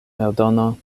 eldono